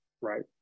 right